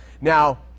Now